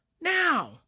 Now